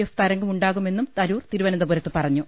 F തരംഗം ഉണ്ടാകുമെന്നും തരൂർ തിരുവ നന്തപുരത്ത് പറഞ്ഞു